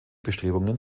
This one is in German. bestrebungen